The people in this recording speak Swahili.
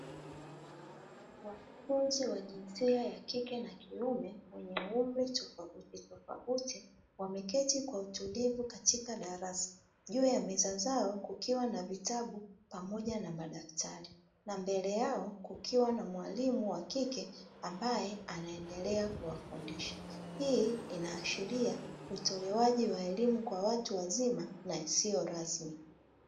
Wanafunzi wa jinsia ya kike na kiume wenye umri tofautitofauti wameketi kwa utulivu katika darasa. Juu ya meza zao kukiwa na vitabu pamoja na madaftari na mbele yao kukiwa na mwalimu wa kike ambaye anaendelea kuwafundisha. Hii inaashiria utolewaji wa elimu kwa watu wazima na isiyo rasmi.